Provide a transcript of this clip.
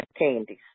candies